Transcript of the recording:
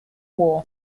war